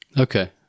Okay